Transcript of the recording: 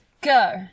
Go